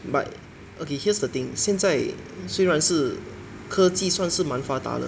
but okay here's the thing 现在虽然是科技算是蛮发达了